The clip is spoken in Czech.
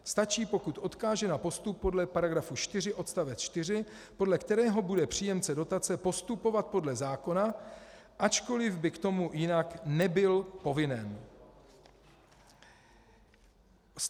Stačí, pokud odkáže na postup podle § 4 odst. 4, podle kterého bude příjemce dotace postupovat podle zákona, ačkoliv by k tomu jinak nebyl povinen.